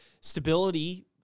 stability